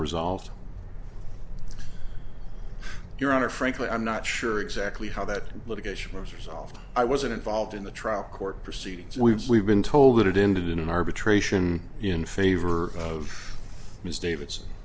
resolved your honor frankly i'm not sure exactly how that litigation are solved i wasn't involved in the trial court proceedings we've we've been told that it ended in an arbitration in favor of ms davidson